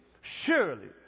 surely